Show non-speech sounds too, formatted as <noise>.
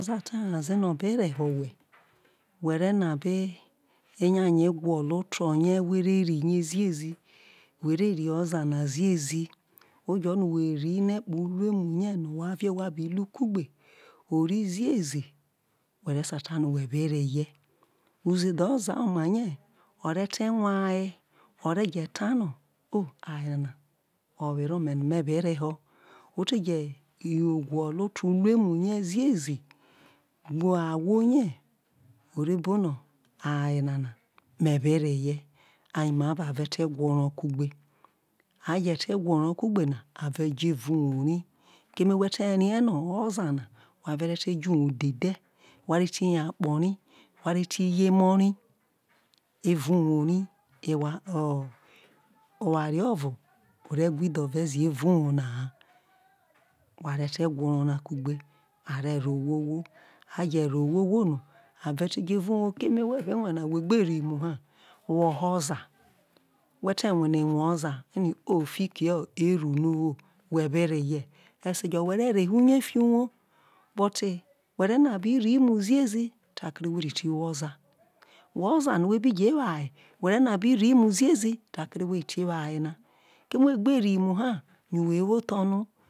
<unintelligible> oza te̱ nyaze no̱ o̱be reho̱ owhe̱ whe̱ re̱ nabe nya ye gwolo oto̱ ye̱ whe re ri ye ziezi whe re ri oza na ziezi oje no who ri no̱ ekpọ uluemu je̱ no̱ whe bi luku gbe ori ziezi were sai fa no̱ whe̱ re̱ sai fa no̱ whe̱ be reye uze dhe oza oma ye̱ ore̱ te nwa aye o̱re̱ je̱ tano̱ o aye nana owere̱ ome̱ no̱ me̱ be reho̱ o̱ te je̱ gwolo oto̱ uruemu ye̱ ziezi nwe awho ye̱ o re bo no̱ aye nana me̱ be reye amava areti gwa oro̱ kugbe aje te gwa oro̱ kugbe na ave jo̱ evao̱ uwo rai keme whe̱ te rie̱ no̱ oza na wha rie re̱ te jo̱ uwo dhe dhe̱ ya nya akpo ri, ware ti ye̱ emo̱ ri evao uwo eware oro̱ ore gwa idhore ze evao uwo na ha wha re te gwa oro kugbe are̱ ro̱ owho who a je̱ ro̱ owhowho no are te jo̱ evao uwo keme wo be nwe na whe gbe ri mu hu woho oza whe te gine̱ nwe oza o fikio eru no̱ owo we̱ be reye ese jo̱ we̱ re reho uye fiho̱ uwo but wo re na bi ri mu ziezi tao re who̱ te ti wo oza, whe oza no̱ obi je who aye who̱ re̱ na bi ri mu ziezi tao kere wo te ti wo aye an keme who gbe ri mu ha we̱ wo tho̱ no.